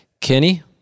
Kenny